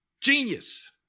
Genius